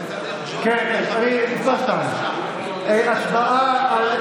59 נגד, 50 בעד, אחד נמנע.